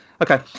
Okay